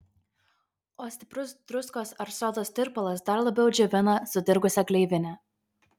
o stiprus druskos ar sodos tirpalas dar labiau džiovina sudirgusią gleivinę